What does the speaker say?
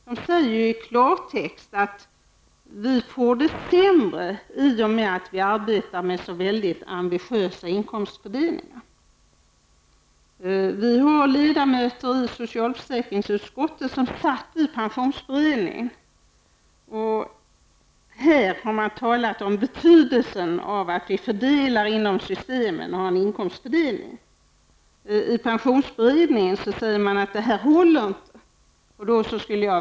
Man säger i klartext att vi får det sämre genom, att det arbetas med så ambitiösa inkomstfördelningar. Det finns ledamöter i socialförsäkringsutskottet som har suttit med i pensionsberedningen. Där har man talat om betydelsen av en inkomstfördelning inom systemen. Pensionsberedningen säger att något sådant inte håller.